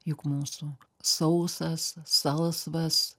juk mūsų sausas salsvas